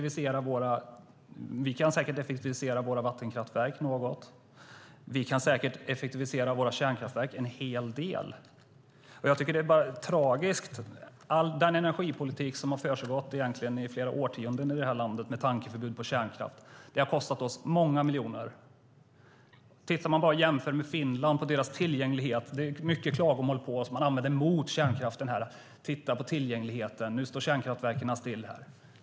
Vi kan säkert effektivisera våra vattenkraftverk något. Vi kan säkert effektivisera våra kärnkraftverk en hel del. Jag tycker bara att det är tragiskt att den energipolitik som har försiggått i flera årtionden i det här landet med tankeförbud på kärnkraft har kostat oss många miljoner. Jämför med Finland och deras tillgänglighet! Det är mycket som man använder mot kärnkraften: Titta på tillgängligheten, nu står kärnkraftverken stilla.